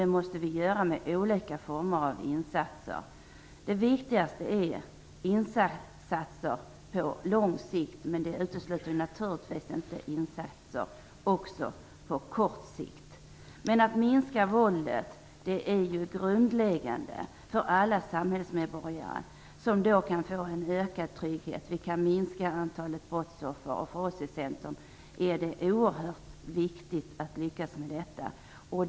Det måste vi göra med olika former av insatser. Det viktigaste är insatser på lång sikt, men det utesluter naturligtvis inte insatser även på kort sikt. Att våldet minskas är grundläggande för alla samhällsmedborgare, som då kan få ökad trygghet. Vi kan minska antalet brottsoffer. För oss i Centern är det oerhört viktigt att lyckas med detta.